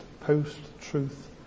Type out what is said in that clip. post-truth